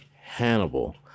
Hannibal